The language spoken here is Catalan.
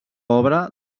obra